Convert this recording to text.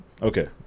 Okay